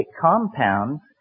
compounds